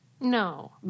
No